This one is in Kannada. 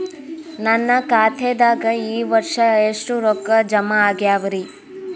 ನನ್ನ ಖಾತೆದಾಗ ಈ ವರ್ಷ ಎಷ್ಟು ರೊಕ್ಕ ಜಮಾ ಆಗ್ಯಾವರಿ?